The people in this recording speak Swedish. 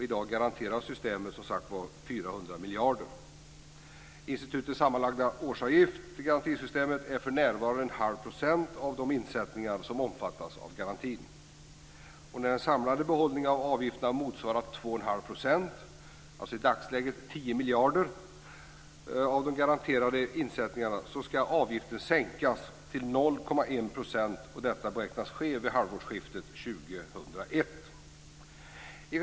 I dag garanterar systemet, som sagt var, 400 miljarder. Institutens sammanlagda årsavgift till garantisystemet är för närvarande 0,5 % av de insättningar som omfattas av garantin. När den samlade behållningen av avgifterna motsvarar 2 1⁄2 %- i dagsläget 10 miljarder - av de garanterade insättningarna ska avgiften sänkas till 0,1 %, och detta beräknas ske vid halvårsskiftet 2001.